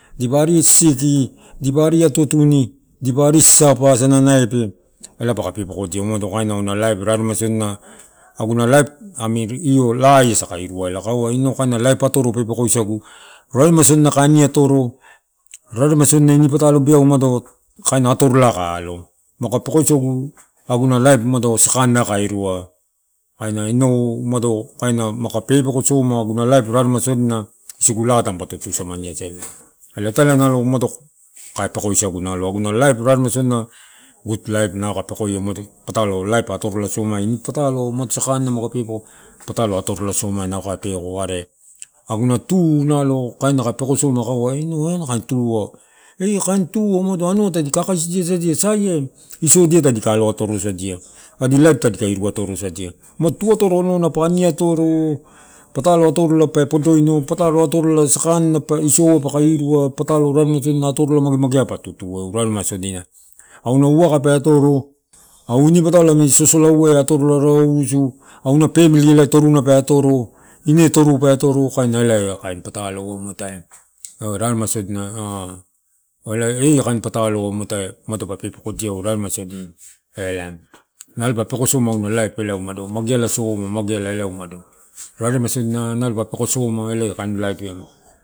Dipa ari siki dipa ari atatauni dipa ari sasapa asana naipe ela paka pepekodia umado kaina auna laip raremai sodina, aguna laip atoro pepeko isagu. Raremai sodima kae ani atoro, raremai sodina inipatalo beau kaina atorolai kae alo. Maguka pekoisagu agua laip umado sakanai kae irua kaina inau umado, kaina maguka pepeko soma aguna laip raremai sodina isugu laa tamani pato tusaminiasa elae. Elai italai nalo umado kae peko isagu nalo aguna laip rarema sodina gut laip nalo kae pekoia umado patalo taip atorola soami, inipatalo umado sakani maguka pepeko patalo atorola soma nalo kae peko. Aree aguua tu nalo kaenapekosoma kaina kaeua inau ena kain tua, eia kain tuua umado anua tadi kakaisidia sadia uniado saiai isoda tadika alo atoro dia sadia? Adii laip tadika iruu atooro sadia? Umado tuu atoro onouna pa aniatoro, patai atorola pe popoino patalo atorola sakanina isoua paka iruua patalo raremai sodina atorola mageinagea pa tutu eu. Raremai sodiua. Auna haka pe atoro au ini patolo amini sosolau ai atorola rausu, auna famili elai toruna pe atoro, ine toruu pe atoro, kaina elaikain pataloua muatae. Raremai sodina a-a elai i makan patalo matai umado ma pepeko tio rarema sodina elai. Laip ma peko isugu laip elai umado mageala isugu mageala elai umado, raremai sodina laip. a peko isugu elai maguka laip iai.